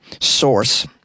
source